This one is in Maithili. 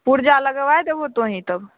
पुर्जा लगबाइ दबहो तुही तब